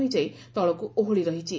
ହୋଇଯାଇ ତଳକୁ ଓହଳି ରହିଛି